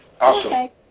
Awesome